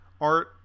Art